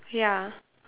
ya